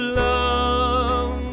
love